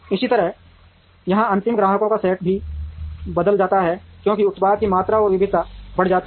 इसी तरह यहां अंतिम ग्राहकों का सेट भी बदल जाता है क्योंकि उत्पाद की मात्रा और विविधता बढ़ जाती है